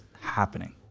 happening